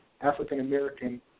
African-American